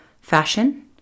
fashion